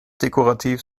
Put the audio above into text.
dekorativ